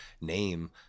name